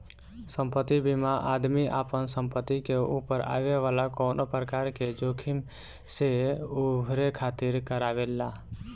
संपत्ति बीमा आदमी आपना संपत्ति के ऊपर आवे वाला कवनो प्रकार के जोखिम से उभरे खातिर करावेला